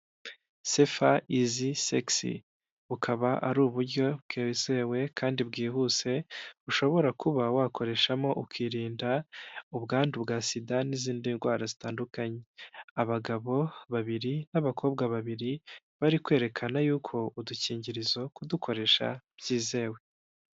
Sefa izi segisi. Bukaba ari uburyo bwizewe kandi bwihuse, ushobora kuba wakoreshamo ukirinda ubwandu bwa SIDA n'izindi ndwara zitandukanye. Abagabo babiri n'abakobwa babiri, bari kwerekana yuko, udukingirizo kudukoresha byizewe.